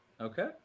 Okay